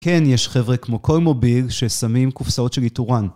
כן, יש חבר'ה כמו כל מוביל ששמים קופסאות של איתורן.